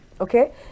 Okay